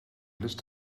list